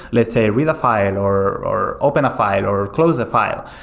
let's say, read a file, and or or open a file, or close a file,